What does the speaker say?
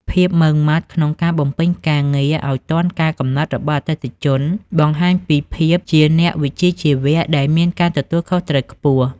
ភាពម៉ឺងម៉ាត់ក្នុងការបំពេញការងារឱ្យទាន់កាលកំណត់របស់អតិថិជន បង្ហាញពីភាពជាអ្នកវិជ្ជាជីវៈដែលមានការទទួលខុសត្រូវខ្ពស់។